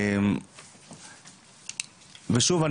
ושוב,